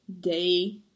day